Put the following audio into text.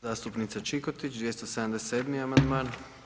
Zastupnica Čikotić, 277. amandman.